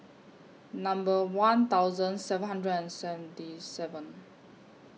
Number one thousand seven hundred and seventy seven